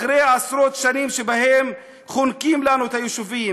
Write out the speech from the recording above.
אחרי עשרות שנים שבהן חונקים לנו את היישובים,